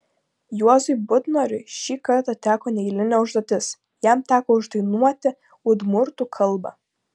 juozui butnoriui šį kartą teko neeilinė užduotis jam teko uždainuoti udmurtų kalba